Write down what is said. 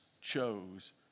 chose